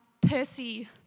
Percy –